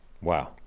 Wow